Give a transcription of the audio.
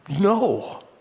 no